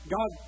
God